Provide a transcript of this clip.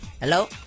Hello